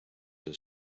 see